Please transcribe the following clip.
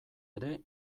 ere